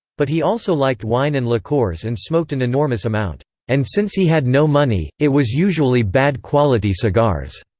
but he also liked wine and liqueurs and smoked an enormous amount and since he had no money, it was usually bad-quality cigars.